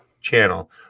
channel